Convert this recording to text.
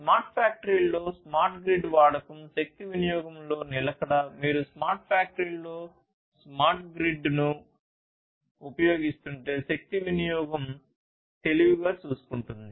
smart ఫ్యాక్టరీలలో smart grid వాడకం శక్తి వినియోగంలో నిలకడ మీరు స్మార్ట్ ఫ్యాక్టరీలతో స్మార్ట్ గ్రిడ్ను ఉపయోగిస్తుంటే శక్తి వినియోగం తెలివిగా చూసుకుంటుంది